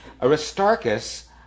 Aristarchus